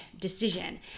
decision